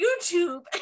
YouTube